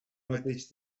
mateix